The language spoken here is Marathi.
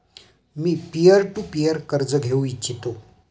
मी पीअर टू पीअर कर्ज घेऊ इच्छितो